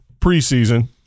preseason